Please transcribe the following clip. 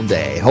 day